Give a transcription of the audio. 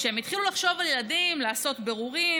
כשהן התחילו לחשוב על ילדים, לעשות בירורים,